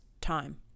time